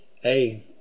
Hey